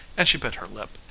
and she bit her lip.